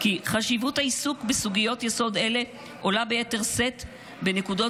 כי "חשיבות העיסוק בסוגיות יסוד אלה עולה ביתר שאת בנקודות